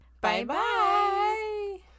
Bye-bye